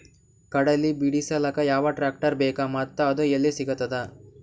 ಕಡಲಿ ಬಿಡಿಸಲಕ ಯಾವ ಟ್ರಾಕ್ಟರ್ ಬೇಕ ಮತ್ತ ಅದು ಯಲ್ಲಿ ಸಿಗತದ?